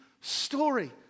story